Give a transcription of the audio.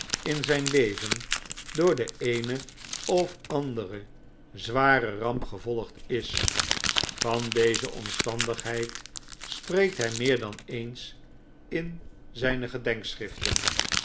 in zijn leven door de eene of andere zware ramp gevolgd is van deze omstandigheid spreekt hij meer dan eens in zijne